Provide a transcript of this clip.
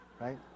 right